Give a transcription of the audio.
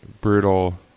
brutal